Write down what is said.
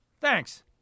Thanks